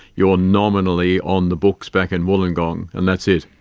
you are nominally on the books back in wollongong and that's it.